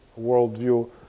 worldview